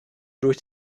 durch